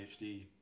PhD